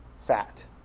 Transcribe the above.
fat